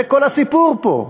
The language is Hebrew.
זה כל הסיפור פה.